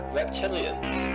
reptilians